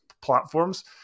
platforms